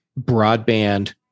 broadband